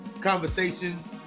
conversations